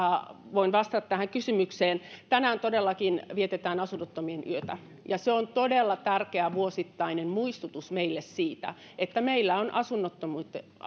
voin vastata tähän kysymykseen tänään todellakin vietetään asunnottomien yötä ja se on todella tärkeä vuosittainen muistutus meille siitä että meillä on asunnottomuutta